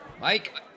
Mike